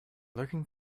lurking